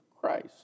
Christ